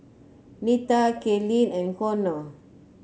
Nita Kaylynn and Konnor